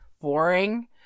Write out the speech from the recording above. boring